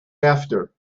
after